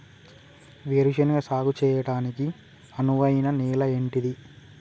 వేరు శనగ సాగు చేయడానికి అనువైన నేల ఏంటిది?